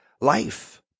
life